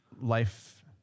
life